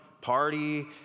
party